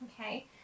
Okay